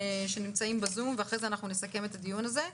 שנמצאים בשום ולאחר מכן אנחנו נסכם את הדיון הזה.